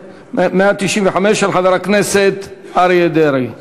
195 של חבר הכנסת אריה דרעי בנושא: